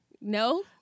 No